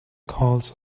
calls